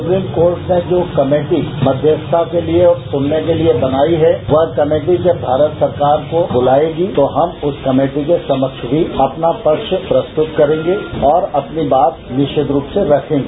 supreme court ने जो committee मध्यस्थता के लिए और सुनने के लिए बनाई है वह कमेटी जब भारत सरकार को बुलाएगी तो हम उस कमेटी के सम्ब्र भी अपना पक्ष प्रस्तुत करेंगे और अपनी बात निश्चित रूप से रखेंगे